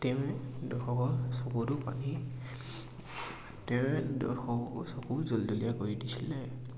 তেওঁ দৰ্শকৰ চকুতো পানী তেওঁ শ চকু জল জলীয়া কৰি দিছিলে